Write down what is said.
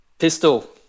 Pistol